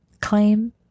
claim